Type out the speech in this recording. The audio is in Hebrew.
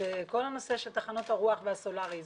שכל הנושא של תחנות הרוח והסולרי,